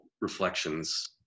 reflections